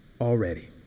already